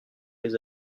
les